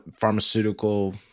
pharmaceutical